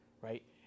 right